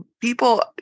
people